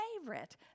favorite